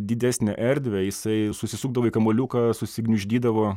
didesnę erdvę jisai susisukdavo į kamuoliuką susigniuždydavo